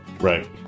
Right